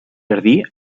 jardí